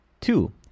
Two